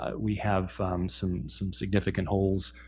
ah we have some some significant holes,